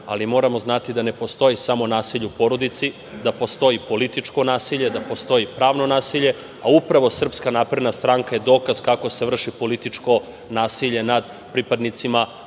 ali moramo znati da ne postoji samo nasilje u porodici, da postoji političko nasilje, da postoji pravno nasilje, a upravo SNS je dokaz kako se vrši političko nasilje nad pripadnicima